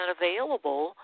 available